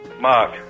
Mark